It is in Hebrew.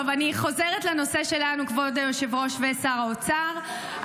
אני חוזרת לנושא שלנו, כבוד היושב-ראש ושר האוצר.